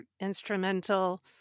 instrumental